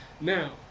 Now